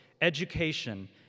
education